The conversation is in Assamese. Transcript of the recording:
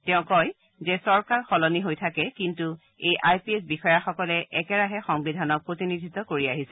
তেওঁ কয় যে চৰকাৰ সলনি হৈ থাকে কিন্তু এই আই পি এছ বিষয়াসকলে একেৰাহে আৰু সংবিধানক প্ৰতিনিধিত্ব কৰি আহিছে